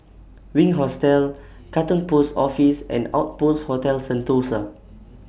Wink Hostel Katong Post Office and Outpost Hotel Sentosa